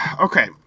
okay